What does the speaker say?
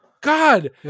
God